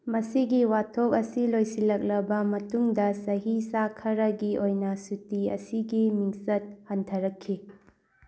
ꯃꯁꯤꯒꯤ ꯋꯥꯊꯣꯛ ꯑꯁꯤ ꯂꯣꯏꯁꯤꯜꯂꯛꯂꯕ ꯃꯇꯨꯡꯗ ꯆꯍꯤ ꯆꯥ ꯈꯔꯒꯤ ꯑꯣꯏꯅ ꯁꯨꯇꯤ ꯑꯁꯤꯒꯤ ꯃꯤꯡꯆꯠ ꯍꯟꯊꯔꯛꯈꯤ